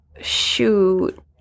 shoot